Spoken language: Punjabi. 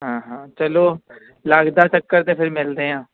ਹਾਂ ਹਾਂ ਚਲੋ ਲੱਗਦਾ ਚੱਕਰ ਤਾਂ ਫਿਰ ਮਿਲਦੇ ਹਾਂ